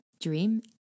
dream